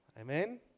amen